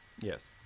Yes